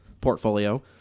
portfolio